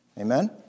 Amen